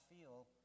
feel